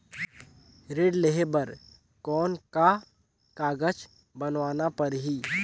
ऋण लेहे बर कौन का कागज बनवाना परही?